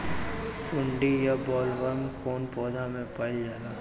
सुंडी या बॉलवर्म कौन पौधा में पाइल जाला?